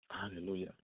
Hallelujah